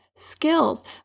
skills